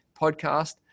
podcast